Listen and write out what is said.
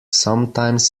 sometimes